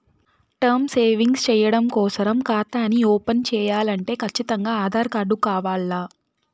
term savings చెయ్యడం కోసరం కాతాని ఓపన్ చేయాలంటే కచ్చితంగా ఆధార్ కార్డు కావాల్ల